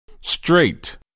straight